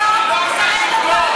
אתה עוד פעם מסלף את הדברים שלי.